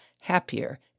happier